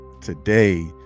today